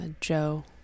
joe